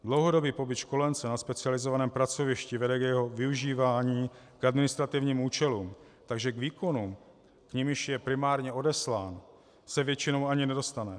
Dlouhodobý pobyt školence na specializovaném pracovišti vede k jeho využívání k administrativním účelům, takže k výkonům, k nimiž je primárně odeslán, se většinou ani nedostane.